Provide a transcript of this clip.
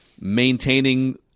maintaining